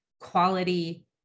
quality